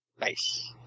Nice